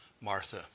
Martha